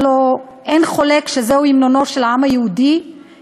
הלוא אין חולק שזהו המנונו של העם היהודי,